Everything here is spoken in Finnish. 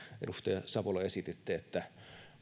edustaja savola esititte että